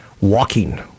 walking